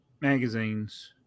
magazines